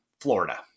Florida